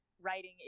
writing